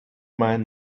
man